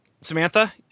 Samantha